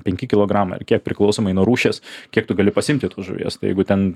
penki kilogramai ar kiek priklausomai nuo rūšies kiek tu gali pasiimti tos žuvies tai jeigu ten